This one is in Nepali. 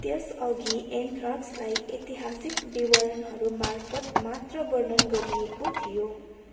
त्यस अघि एन्थ्राक्सलाई ऐतिहासिक विवरणहरू मार्फत मात्र वर्णन गरिएको थियो